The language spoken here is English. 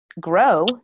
grow